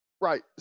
Right